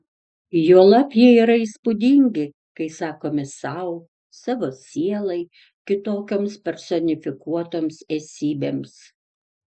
juolab jie yra įspūdingi kai sakomi sau savo sielai kitokioms personifikuotoms esybėms